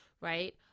right